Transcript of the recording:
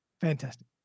Fantastic